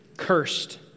Cursed